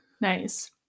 Nice